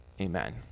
Amen